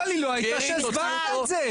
אבל היא לא הייתה כשהסברת את זה.